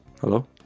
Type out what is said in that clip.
Hello